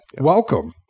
Welcome